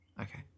Okay